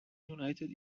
united